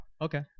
Okay